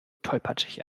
tollpatschig